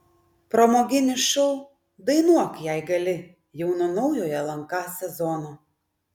pramoginis šou dainuok jei gali jau nuo naujojo lnk sezono